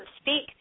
speak